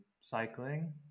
cycling